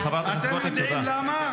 האמת, מגיע לך.